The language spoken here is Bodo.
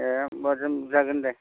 ए होम्बा जों जागोन दे